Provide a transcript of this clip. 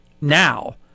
now